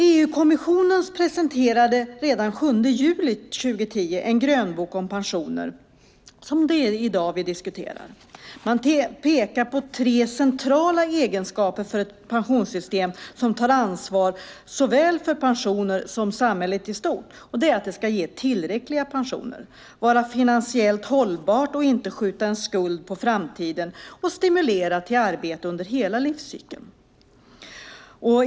EU-kommissionen presenterade redan den 7 juli 2010 en grönbok om pensioner som är det som vi i dag diskuterar. Man pekar på tre centrala egenskaper för ett pensionssystem som tar ansvar för såväl pensioner som samhället i stort. Det är att det ska ge tillräckliga pensioner, vara finansiellt hållbart och inte skjuta en skuld på framtiden och stimulera till arbete under hela livscykeln.